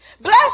Bless